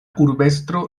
urbestro